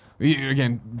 again